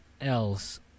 else